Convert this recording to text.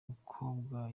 mukobwa